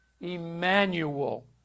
Emmanuel